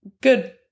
good